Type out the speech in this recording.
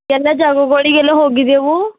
ಎಲ್ಲ ಜಾಗಗಳಿಗೆಲ್ಲ ಹೋಗಿದ್ದೆವು